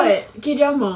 what K drama